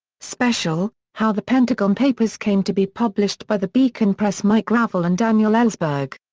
special how the pentagon papers came to be published by the beacon press mike gravel and daniel ellsberg.